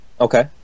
Okay